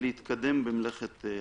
להתקדם במלאכת החקיקה.